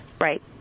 Right